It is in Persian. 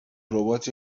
ربات